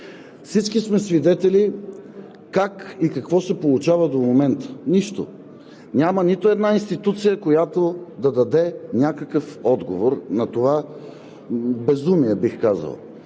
Всички сме свидетели как и какво се получава до момента – нищо. Няма нито една институция, която да даде някакъв отговор на това безумие, бих казал.